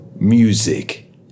music